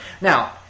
Now